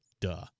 duh